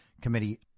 committee